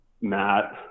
Matt